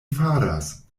faras